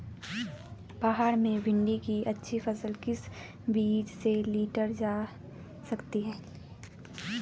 पहाड़ों में भिन्डी की अच्छी फसल किस बीज से लीटर जा सकती है?